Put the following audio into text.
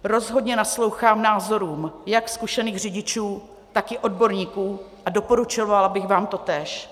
Rozhodně naslouchám názorům jak zkušených řidičů, tak i odborníků a doporučovala bych vám totéž.